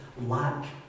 lack